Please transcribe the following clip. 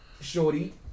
shorty